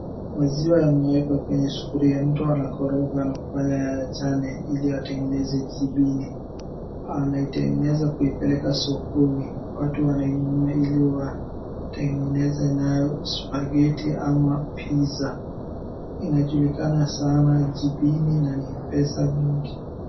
Maziwa yamewekwa kwenye sufuria, mtu anakoroga na kufanya yaachane ili yatengeneze jibini. Anaitengeneza kuipeleka sokoni, watu wanainunua ili watengeneze nayo spaghetti ama pizza . Inajulikana sana jibini na ni pesa mingi.